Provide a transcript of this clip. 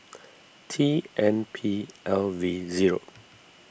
T N P L V zero